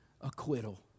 acquittal